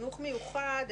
חינוך מיוחד,